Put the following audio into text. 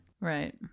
Right